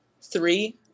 three